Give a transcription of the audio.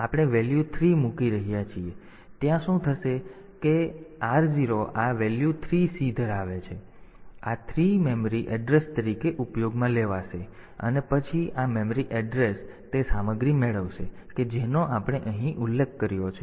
તેથી ત્યાં શું થશે કે કારણ કે r0 આ વેલ્યુ 3 C ધરાવે છે તેથી આ 3 મેમરી એડ્રેસ તરીકે ઉપયોગમાં લેવાશે અને પછી આ મેમરી એડ્રેસ તે સામગ્રી મેળવશે કે જેનો આપણે અહીં ઉલ્લેખ કર્યો છે